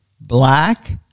black